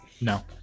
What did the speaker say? No